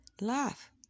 Laugh